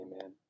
Amen